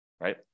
right